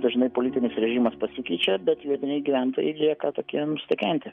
dažnai politinis režimas pasikeičia bet vietiniai gyventojai lieka tokie nustekenti